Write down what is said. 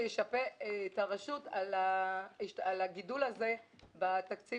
שישפה את הרשות על הגידול הזה בתקציב,